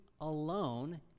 alone